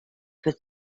for